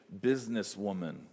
businesswoman